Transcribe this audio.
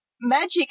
magic